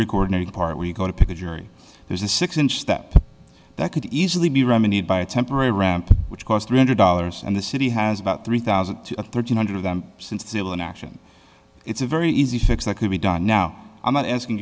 the part where you go to pick a jury there's a six inch that that could easily be remedied by a temporary ramp which cost three hundred dollars and the city has about three thousand three hundred of them since dillon action it's a very easy fix that could be done now i'm not asking